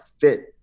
fit